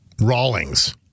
Rawlings